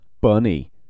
Bunny